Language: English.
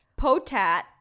potat